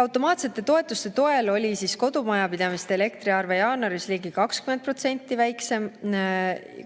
Automaatsete toetuste toel oli kodumajapidamiste elektriarve jaanuaris ligi 20% väiksem,